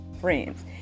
Friends